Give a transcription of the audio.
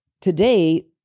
today